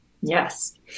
Yes